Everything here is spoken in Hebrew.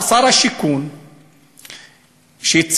שר הבינוי והשיכון,